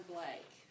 Blake